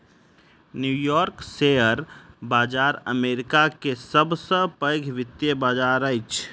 new York share बाजार America के सब से पैघ वित्तीय बाजार अछि